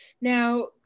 Now